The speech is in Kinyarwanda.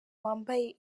wambaye